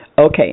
Okay